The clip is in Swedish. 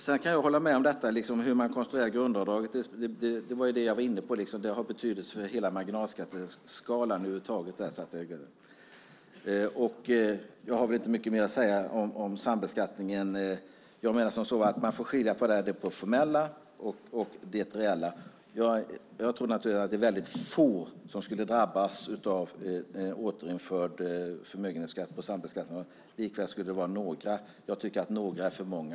Jag kan hålla med om att hur grundavdraget konstrueras har betydelse för hela marginalskatteskalan. Jag har inte mycket mer att säga om sambeskattningen. Man får skilja på det formella och det reella. Jag tror naturligtvis att det är få som skulle drabbas av återinförd förmögenhetsskatt på sambeskattade medel. Likväl skulle det vara några. Några är för många.